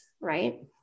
right